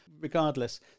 regardless